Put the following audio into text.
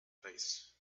face